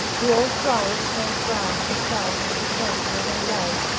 the old flowers turned brown and fell and decayed where they lay.